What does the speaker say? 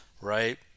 Right